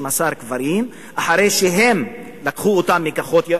אחרי שהם לקחו אותם מכוחות,